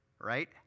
Right